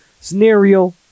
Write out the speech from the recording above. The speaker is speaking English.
Scenario